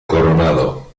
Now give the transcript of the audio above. coronado